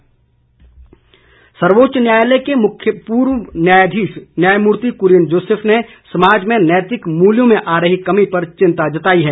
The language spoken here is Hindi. कुरियन सर्वोच्च न्यायालय के पूर्व न्यायाधीश न्यायमूर्ति कुरियन जोसेफ ने समाज में नैतिक मूल्यों में आ रही कमी पर चिंता जताई है